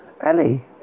Ellie